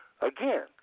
Again